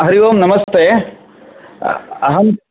हरि ओं नमस्ते अहं